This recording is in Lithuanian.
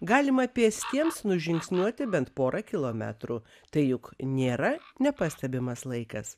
galima pėstiems nužingsniuoti bent porą kilometrų tai juk nėra nepastebimas laikas